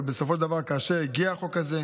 אבל בסופו של דבר, כאשר הגיע החוק הזה,